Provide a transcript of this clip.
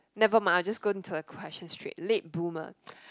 nevermind I will just going to the question straight late bloomer